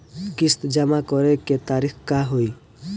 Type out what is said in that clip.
किस्त जमा करे के तारीख का होई?